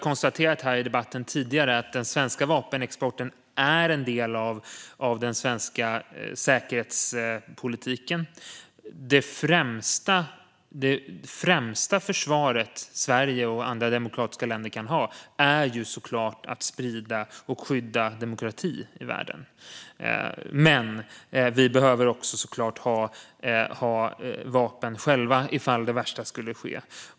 Tidigare i debatten har vi konstaterat att den svenska vapenexporten är en del av den svenska säkerhetspolitiken. Det främsta försvar som Sverige och andra demokratiska länder kan ha är såklart att sprida och skydda demokrati i världen. Men vi behöver såklart också ha vapen själva, ifall det värsta skulle ske.